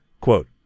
Quote